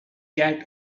cat